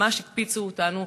ממש הקפיצו אותנו,